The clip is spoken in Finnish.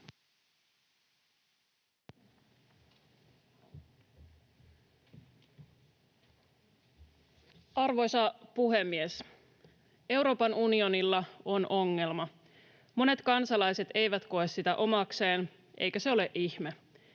Arvoisa puhemies! Euroopan unionilla on ongelma: monet kansalaiset eivät koe sitä omakseen, eikä se ole ihme.